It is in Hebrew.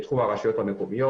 בתחום הרשויות המקומיות.